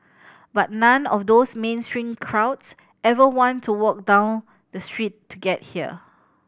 but none of those mainstream crowds ever want to walk down the street to get here